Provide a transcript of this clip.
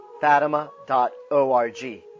fatima.org